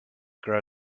grow